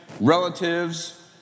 relatives